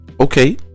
Okay